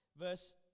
Verse